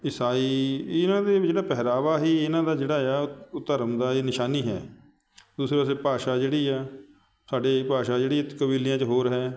ਇਸਾਈ ਇਹਨਾਂ ਦੇ ਵਿਚਲਾ ਪਹਿਰਾਵਾ ਹੀ ਇਹਨਾਂ ਦਾ ਜਿਹੜਾ ਹੈ ਉਹ ਧਰਮ ਦਾ ਹੀ ਨਿਸ਼ਾਨੀ ਹੈ ਤੁਸੀਂ ਵੈਸੇ ਭਾਸ਼ਾ ਜਿਹੜੀ ਆ ਸਾਡੇ ਭਾਸ਼ਾ ਜਿਹੜੀ ਕਬੀਲਿਆਂ 'ਚ ਹੋਰ ਹੈ